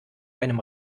einem